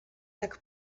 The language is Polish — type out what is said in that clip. tak